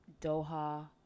Doha